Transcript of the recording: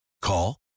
call